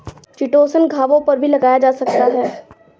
chitosan घावों पर भी लगाया जा सकता है